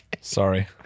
Sorry